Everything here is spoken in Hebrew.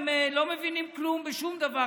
הם לא מבינים כלום בשום דבר,